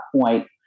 point